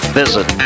visit